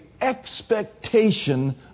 expectation